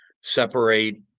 separate